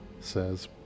Says